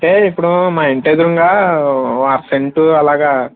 అంటే ఇప్పుడు మా ఇంటి ఎదురుగా అర సెంటు అలాగ